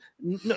no